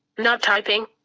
not typing.